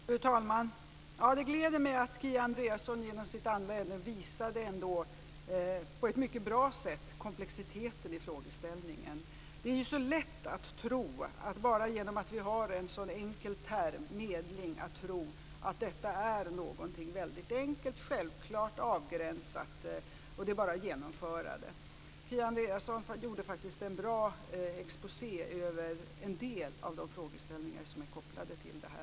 Fru talman! Det gläder mig att Kia Andreasson i sitt andra inlägg på ett mycket bra sätt visade komplexiteten i frågeställningen. Det är så lätt att tro att bara genom att vi har en sådan enkel term som medling att det är någonting mycket enkelt, självklart och avgränsat och att det bara är att genomföra det. Kia Andreasson gjorde en bra exposé över en del av de frågeställningar som är kopplade till detta.